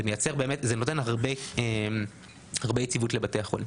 זה נותן הרבה יציבות לבתי החולים.